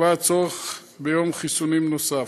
ייקבע הצורך ביום חיסונים נוסף,